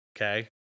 okay